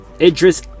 Idris